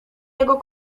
jego